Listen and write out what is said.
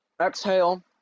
exhale